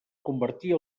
convertir